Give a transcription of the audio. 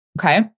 okay